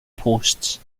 posts